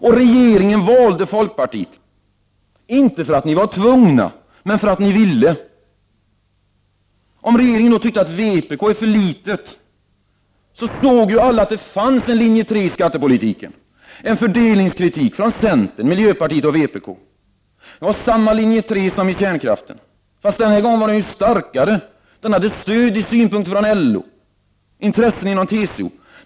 Och regeringen valde folkpartiet, inte för att ni var tvungna men för att ni ville. Om regeringen tyckte att vpk är för litet, såg ju alla att det fanns en linje 3 i skattepolitiken, en fördelningskritik från centern, miljöpartiet och vpk. Det var samma linje 3 som i omröstningen om kärnkraften, fast denna gång var den starkare, då den hade stöd i synpunkter från LO och intressen inom TCO.